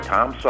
Tom